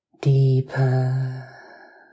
deeper